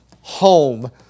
home